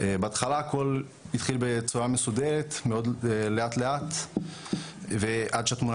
בהתחלה הכל התחיל בצורה מסודרת מאוד לאט לאט ועד שהתמונה